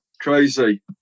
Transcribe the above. Crazy